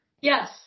Yes